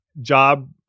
job